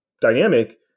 dynamic